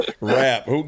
rap